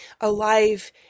alive